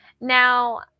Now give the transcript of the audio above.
Now